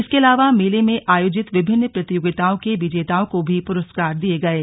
इसके अलावा मेले में आयोजित विभिन्न प्रतियोगिताओं के विजेताओं को भी पुरस्कार दिये गये